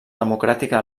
democràtica